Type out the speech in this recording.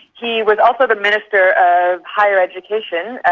he was also the minister of higher education,